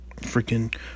freaking